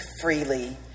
freely